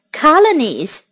colonies